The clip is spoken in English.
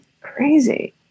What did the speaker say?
crazy